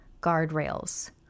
guardrails